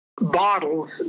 bottles